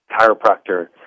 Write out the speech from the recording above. chiropractor